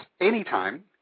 anytime